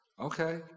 okay